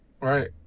Right